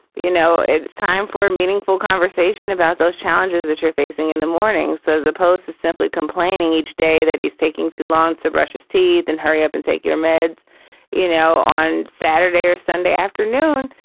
you know, know, it's time for a meaningful conversation about those challenges that you're facing in the morning says opposed to simply complaining each day that he's taking too long to brush his teeth and hurry up and take your meds you know, on saturday or sunday afternoon,